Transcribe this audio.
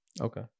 okay